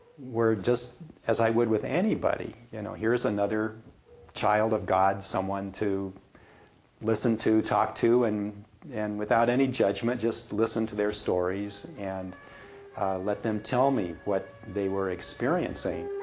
were just as i would with anybody. you know, here's another child of god, someone to listen to, talk to, and and without any judgment just listen to their stories and let them tell me what they were experiencing.